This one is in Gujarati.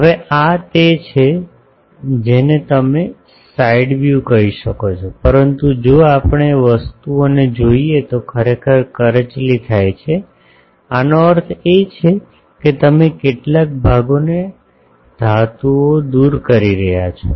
હવે આ તે છે જેને તમે સાઈડ વ્યુ કહી શકો છો પરંતુ જો આપણે વસ્તુઓને જોઈએ તો ખરેખર કરચલી થાય છે આનો અર્થ એ છે કે તમે કેટલાક ભાગોને ધાતુઓ દૂર કરી રહ્યા છો